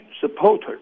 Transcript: supporter